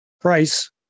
Price